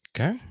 Okay